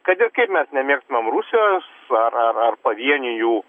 kad ir kaip mes nemėgtumėm rusijos ar ar ar pavienių jų